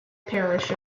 parish